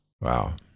Wow